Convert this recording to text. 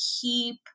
keep